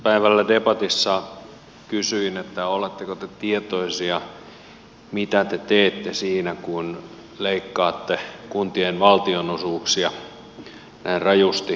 päivällä debatissa kysyin oletteko te tietoisia mitä te teette siinä kun leikkaatte kuntien valtionosuuksia näin rajusti